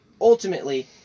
ultimately